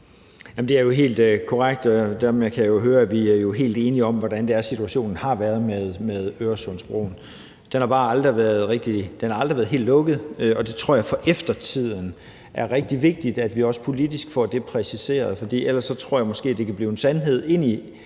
Det er jo helt korrekt, og dermed kan jeg høre, at vi er helt enige om, hvordan det er, situationen har været med Øresundsbroen. Den har aldrig været helt lukket, og det tror jeg også det er rigtig vigtigt for eftertiden at vi politisk får præciseret. For ellers tror jeg måske, det kan blive en sandhed ind i